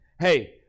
hey